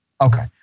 Okay